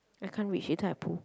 I can't reach later I pull